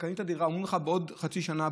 קנית דירה ואומרים לך בעוד חצי שנה,